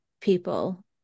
people